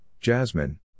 jasmine